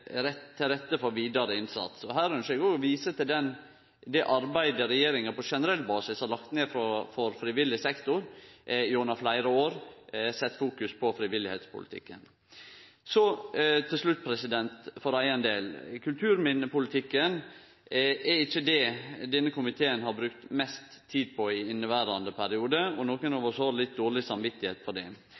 å vise til det arbeidet regjeringa på generell basis har lagt ned for frivillig sektor gjennom fleire år. Det set fokus på frivillig innsats. Så til slutt og for eigen del: Kulturminnepolitikken er ikkje det denne komiteen har brukt mest tid på i inneverande periode. Nokre av oss har litt dårleg